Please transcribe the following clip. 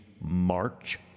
march